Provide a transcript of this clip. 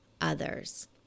others